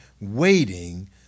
waiting